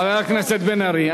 חבר הכנסת בן-ארי,